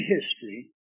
history